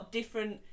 different